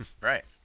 Right